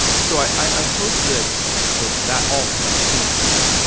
so i hope that that that all kind of sinks in,